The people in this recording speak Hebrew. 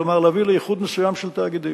כלומר להביא לאיחוד מסוים של תאגידים,